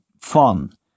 fun